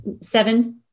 seven